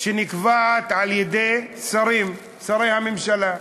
שנקבעת על-ידי שרים, שרי הממשלה.